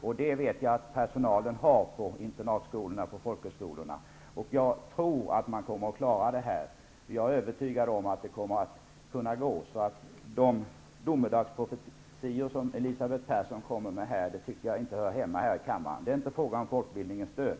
Jag vet att personalen på internatskolorna, på folkhögskolorna, har detta engagemang. Jag tror att man kommer att klara detta. Jag är övertygad om att det kommer att gå. De domedagsprofetior som Elisabeth Persson kommer med hör inte hemma i kammaren. Det är inte fråga om folkbildningens död.